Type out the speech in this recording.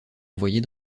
envoyée